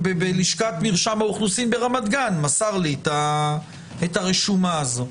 בלשכת מרשם אוכלוסין ברמת גן מסר לי את הרשומה הזאת.